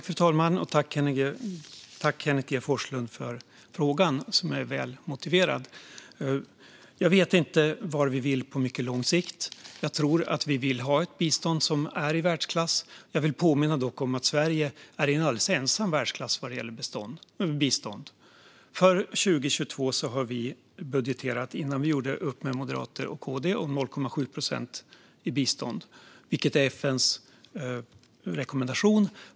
Fru talman! Tack, Kenneth G Forslund, för den väl motiverade frågan! Jag vet inte vart vi vill på mycket lång sikt. Jag tror att vi vill ha ett bistånd som är i världsklass. Jag vill dock påminna om att Sverige är i en alldeles egen världsklass när det gäller bistånd. För 2022 har vi, innan vi gjorde upp med Moderaterna och Kristdemokraterna, budgeterat för 0,7 procent i bistånd, vilket är FN:s rekommendation.